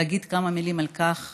להגיד כמה מילים על כך